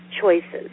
choices